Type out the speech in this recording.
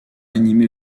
animé